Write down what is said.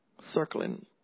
circling